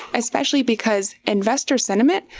especially because investor sentiment,